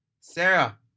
Sarah